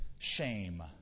Shame